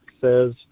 says